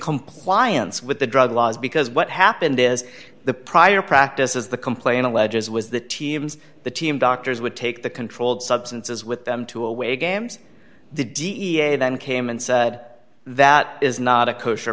compliance with the drug laws because what happened is the prior practices the complaint alleges was the teams the team doctors would take the controlled substances with them to away games the d a then came and said that is not a kosher